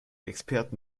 experten